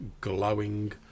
glowing